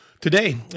Today